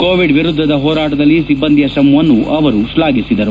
Covid ವಿರುದ್ದದ ಹೋರಾಟದಲ್ಲಿ ಸಿಬ್ಲಂದಿಯ ಶ್ರಮವನ್ನು ಅವರು ಶ್ಲಾಘಿಸಿದರು